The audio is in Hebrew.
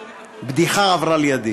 בדיחה עברה לידי.